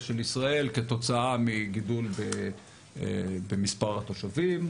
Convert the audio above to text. של ישראל כתוצאה מגידול במספר התושבים,